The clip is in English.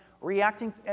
reacting